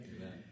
Amen